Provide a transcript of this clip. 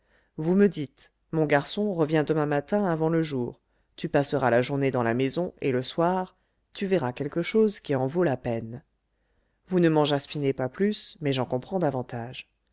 vous me dites mon garçon reviens demain matin avant le jour tu passeras la journée dans la maison et le soir tu verras quelque chose qui en vaut la peine vous ne m'en jaspinez pas plus mais j'en comprends d'avantage